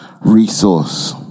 resource